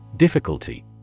Difficulty